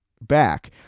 back